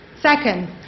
Second